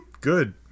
Good